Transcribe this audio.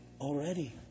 Already